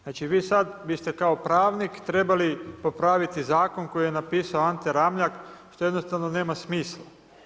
Znači vi sada vi ste kao pravnik trebali popraviti zakon koji je napisao Ante Ramljak što jednostavno nema smisla.